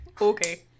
Okay